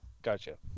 Gotcha